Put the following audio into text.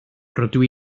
rydw